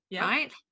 Right